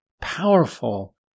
powerful